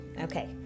Okay